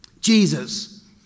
Jesus